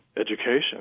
education